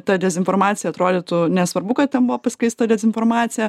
ta dezinformacija atrodytų nesvarbu kad ten buvo paskleista dezinformacija